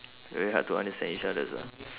very hard to understand each others ah